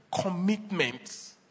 commitments